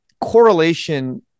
correlation